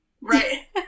Right